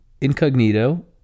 incognito